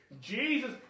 Jesus